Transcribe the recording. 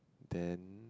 then